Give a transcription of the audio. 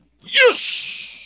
Yes